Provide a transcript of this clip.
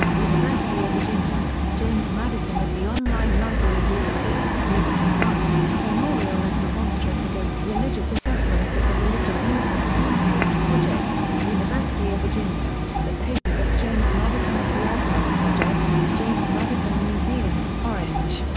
university of virginia james madison at the online library of liberty, liberty fund memorial and remonstrance against religious assessments at the religious movements homepage project, university of virginia the papers of james madison at the avalon project james madison museum, orange,